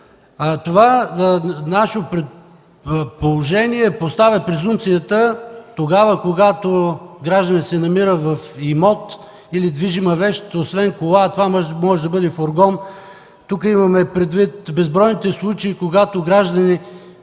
Това наше предложение поставя презумпцията, тогава когато гражданин се намира в имот или движима вещ – освен кола, това може да бъде и фургон. Тук имаме предвид безбройните случаи, когато граждани